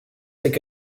took